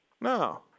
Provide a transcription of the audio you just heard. No